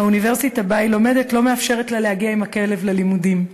אך האוניברסיטה שבה היא לומדת לא מאפשרת לה להגיע עם הכלב ללימודים.